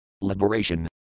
liberation